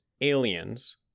Aliens